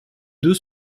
deux